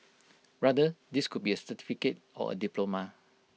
rather this could be A certificate or diploma